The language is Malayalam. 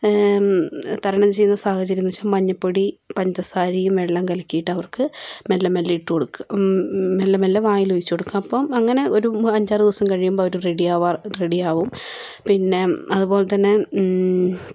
തരണം ചെയ്യുന്ന സാഹചര്യം എന്ന് വെച്ച് മഞ്ഞൾപ്പൊടി പഞ്ചസാരയും വെള്ളവും കലക്കിയിട്ട് അവർക്ക് മെല്ലെ മെല്ലെ ഇട്ടുകൊടുക്കുക മെല്ലെ മെല്ലെ വായില് ഒഴിച്ച് കൊടുക്കുക അപ്പം അങ്ങനെ ഒരു അഞ്ചാറ് ദിവസം കഴിയുമ്പോൾ അവര് റെഡി ആവാ റെഡി ആവും പിന്നെ അതുപോലതന്നെ